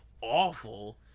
awful